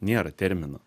nėra termino